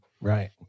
right